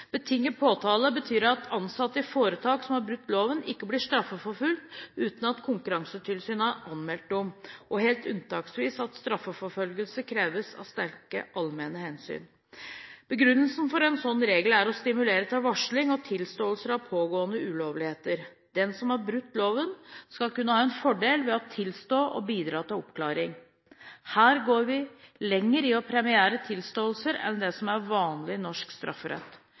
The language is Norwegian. Betinget påtale betyr at ansatte i foretak som har brutt loven, ikke blir straffeforfulgt uten at Konkurransetilsynet har anmeldt dem, eller helt unntaksvis at straffeforfølgelse kreves av sterke allmenne hensyn. Begrunnelsen for en slik regel er å stimulere til varsling og tilståelser av pågående ulovligheter. Den som har brutt loven, skal kunne få en fordel ved å tilstå og bidra til oppklaring. Her går vi lenger i å premiere tilståelser enn det som er vanlig i norsk strafferett.